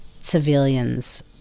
civilians